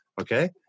okay